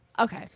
Okay